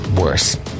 Worse